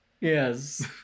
yes